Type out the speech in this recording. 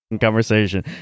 conversation